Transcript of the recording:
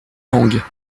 langues